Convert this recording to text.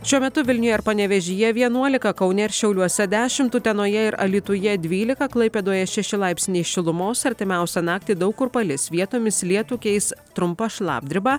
šiuo metu vilniuje ir panevėžyje vienuolika kaune ir šiauliuose dešimt utenoje ir alytuje dvylika klaipėdoje šeši laipsniai šilumos artimiausią naktį daug kur palis vietomis lietų keis trumpa šlapdriba